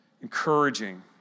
encouraging